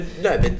No